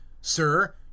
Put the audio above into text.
sir